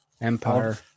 empire